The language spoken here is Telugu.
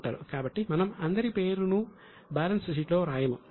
కాబట్టి మనం అందరి పేరును బ్యాలెన్స్ షీట్లో వ్రాయము